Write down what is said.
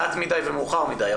מעט מדי ומאוחר מדי.